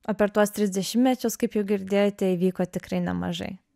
o per tuos tris dešimtmečius kaip jau girdėjote įvyko tikrai nemažai